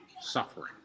suffering